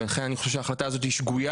לכן אני חושב שההחלטה הזאת היא שגויה,